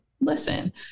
listen